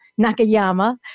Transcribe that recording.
Nakayama